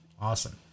awesome